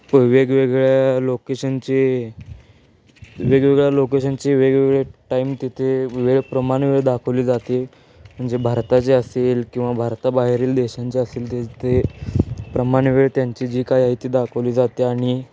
प वेगवेगळ्या लोकेशनचे वेगवेगळ्या लोकेशनचे वेगवेगळे टाईम तिथे वेळ प्रमाण वेळ दाखवली जाते म्हणजे भारताचे असेल किंवा भारताबाहेरील देशांचे असतील ते प्रमाण वेळ त्यांची जी काय आहे ती दाखवली जाते आणि